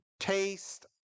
taste